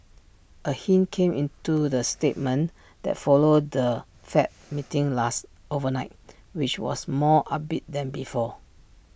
A hint came into the statement that followed the fed meeting last overnight which was more upbeat than before